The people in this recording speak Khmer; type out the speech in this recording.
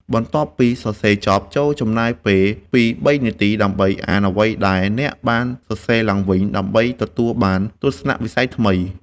បន្ទាប់ពីសរសេរចប់ ចូរចំណាយពេលពីរបីនាទីដើម្បីអានអ្វីដែលអ្នកបានសរសេរឡើងវិញ ដើម្បីទទួលបានទស្សនវិស័យថ្មី។